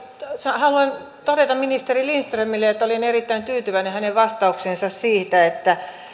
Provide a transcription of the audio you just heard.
haluan todeta ministeri lindströmille että olin erittäin tyytyväinen hänen vastaukseensa siitä että